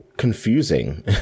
confusing